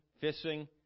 fishing